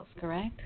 correct